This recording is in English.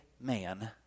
man